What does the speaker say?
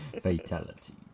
Fatality